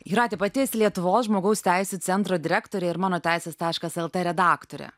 jūrate pati esi lietuvos žmogaus teisių centro direktorė ir mano teisės taškas lt redaktorė